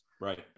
Right